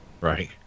Right